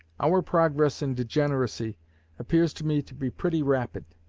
our progress in degeneracy appears to me to be pretty rapid.